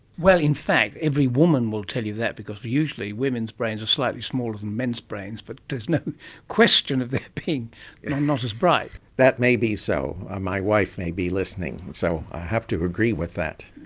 well, in fact every woman will tell you that because usually women's brains are slightly smaller than men's brains but there is no question of them being and and not as bright. that may be so. ah my wife may be listening, so i have to agree with that.